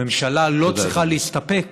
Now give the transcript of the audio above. הממשלה לא צריכה להסתפק